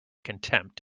contempt